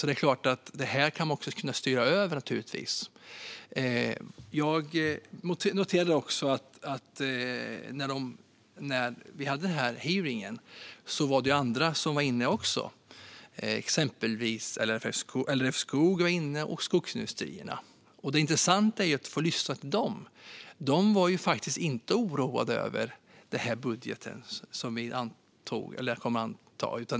Det kan man naturligtvis styra över. Jag noterade också att när vi hade hearingen var det andra som också var inne. Det var exempelvis LRF Skogsägarna och Skogsindustrierna. Det intressanta var att få lyssna till dem. De var inte oroade över budgeten som vi kom att anta.